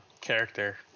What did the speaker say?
character